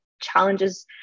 challenges